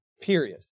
Period